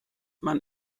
man